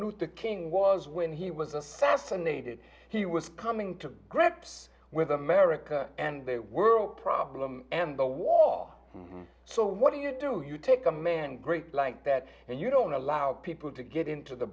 luther king was when he was assassinated he was coming to grips with america and they were a problem and the wall so what do you do you take a man great like that and you don't allow people to get into the